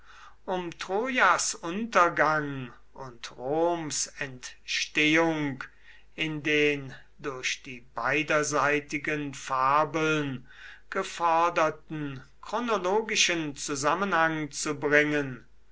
um troias untergang und roms entstehung in den durch die beiderseitigen fabeln geforderten chronologischen zusammenhang zu bringen